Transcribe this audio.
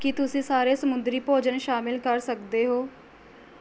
ਕੀ ਤੁਸੀਂ ਸਾਰੇ ਸਮੁੰਦਰੀ ਭੋਜਨ ਸ਼ਾਮਿਲ ਕਰ ਸਕਦੇ ਹੋ